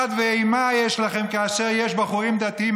פחד ואימה יש לכם כאשר יש בחורים דתיים,